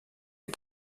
est